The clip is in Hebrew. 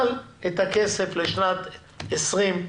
אבל את הכסף לשנת 20',